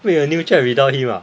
make a new chat without him ah